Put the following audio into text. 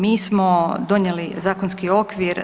Mi smo donijeli zakonski okvir.